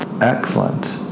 Excellent